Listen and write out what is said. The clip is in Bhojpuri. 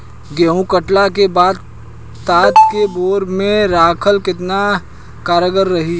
गेंहू कटला के बाद तात के बोरा मे राखल केतना कारगर रही?